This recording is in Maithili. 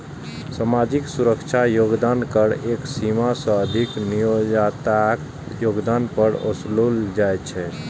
सामाजिक सुरक्षा योगदान कर एक सीमा सं अधिक नियोक्ताक योगदान पर ओसूलल जाइ छै